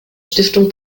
stiftung